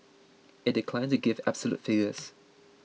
it declined to give absolute figures